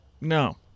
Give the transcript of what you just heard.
No